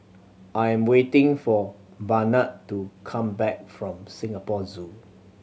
I am waiting for Barnard to come back from Singapore Zoo